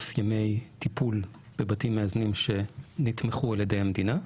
ימי טיפול בבתי מאזנים שנתמכו על ידי המדינה,